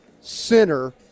center